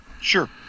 Sure